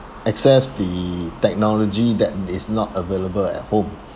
access the technology that is not available at home